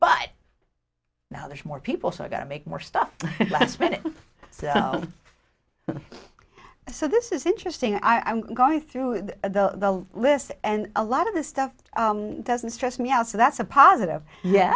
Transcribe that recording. but now there's more people so i got to make more stuff spend so this is interesting i'm going through the list and a lot of the stuff doesn't stress me out so that's a positive yeah